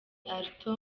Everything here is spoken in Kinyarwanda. alto